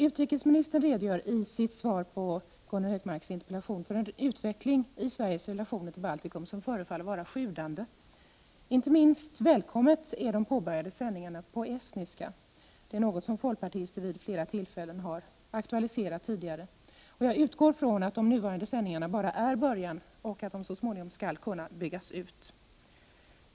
Utrikesministern redogör i sitt svar på Gunnar Hökmarks interpellation för en utveckling i Sveriges relationer till Baltikum som förefaller vara sjudande. Inte minst välkomna är de påbörjade sändningarna på estniska. Det är något som folkpartiet vid flera tillfällen har aktualiserat tidigare. Jag utgår från att de nuvarande sändningarna bara är början och att de så småningom skall kunna byggas ut.